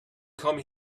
come